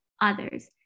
others